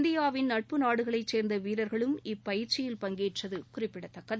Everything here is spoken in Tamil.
இந்தியாவின் நட்பு நாடுகளை சேர்ந்த வீரர்களும் இப்பயிற்சியில் பங்கேற்றது குறிப்பிடத்தக்கது